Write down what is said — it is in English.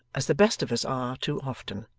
as the best of us are too often